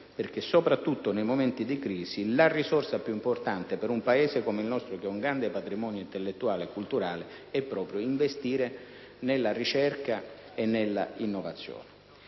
soprattutto in questi frangenti, la risorsa più importante per un Paese come il nostro, che ha un grande patrimonio intellettuale e culturale, è investire nella ricerca e nella innovazione.